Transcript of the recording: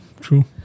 true